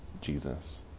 Jesus